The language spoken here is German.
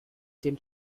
den